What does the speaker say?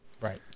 Right